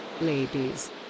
Ladies